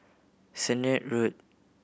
Sennett Road